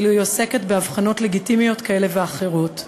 כאילו היא עוסקת באבחנות לגיטימיות כאלה ואחרות.